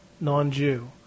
non-Jew